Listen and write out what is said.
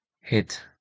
hit